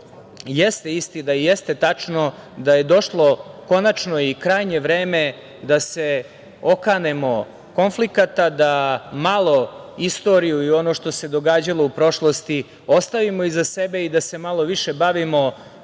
jeste istina i jeste tačno, to je da je došlo konačno i krajnje vreme da se okanemo konflikata, da malo istoriju i ono što se događalo u prošlosti ostavimo iza sebe i da se malo više bavimo